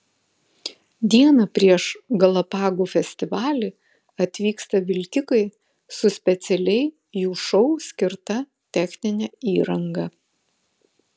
dieną prieš galapagų festivalį atvyksta vilkikai su specialiai jų šou skirta technine įranga